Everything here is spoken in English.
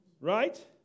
Right